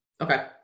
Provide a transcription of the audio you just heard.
okay